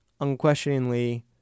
unquestioningly